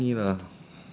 give me money lah